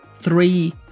three